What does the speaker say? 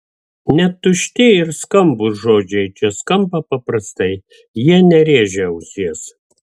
net tušti ir skambūs žodžiai čia skamba paprastai jie nerėžia ausies